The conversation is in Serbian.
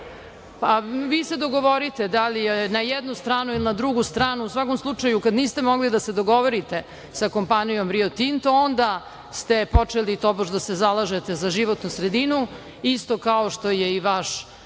je.)Vi se dogovorite da li je na jednu stranu ili na drugu stranu. U svakom slučaju, kad niste mogli da se dogovorite sa kompanijom Rio Tinto, onda ste počeli tobož da se zalažete za životnu sredinu, isto kao što je vaš